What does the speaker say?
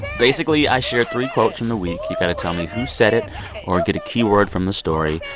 basically, i share three quotes from the week. you got to tell me who said it or get a key word from the story,